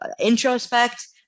introspect